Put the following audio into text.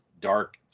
dark